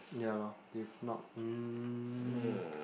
ya lor if not mm